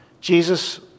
Jesus